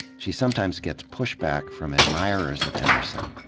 she sometimes gets pushback from admirers of emerson,